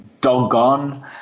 doggone